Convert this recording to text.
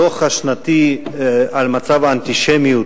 הדוח השנתי על מצב האנטישמיות